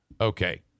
Okay